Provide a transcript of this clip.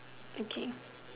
okay